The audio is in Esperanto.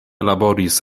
laboris